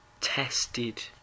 tested